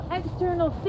external